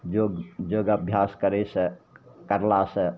योग योग अभ्यास करयसँ करलासँ